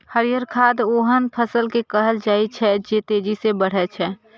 हरियर खाद ओहन फसल कें कहल जाइ छै, जे तेजी सं बढ़ै छै